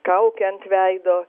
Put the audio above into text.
kauke ant veido